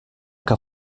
que